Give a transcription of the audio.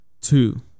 Two